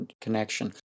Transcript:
connection